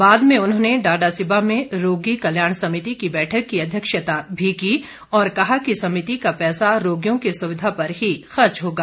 बाद में उन्होंने डाडासीबा में रोगी कल्याण समिति की बैठक की अध्यक्षता भी की और कहा कि समिति का पैसा रोगियों की सुविधा पर ही खर्च होगा